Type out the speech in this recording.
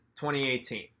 2018